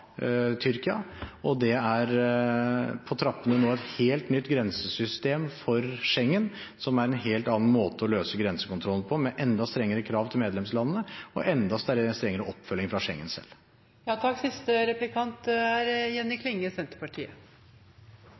Tyrkia, og det er på trappene et helt nytt grensesystem for Schengen, som er en helt annen måte å løse grensekontrollen på, med enda strengere krav til medlemslandene og enda strengere oppfølging fra Schengen selv.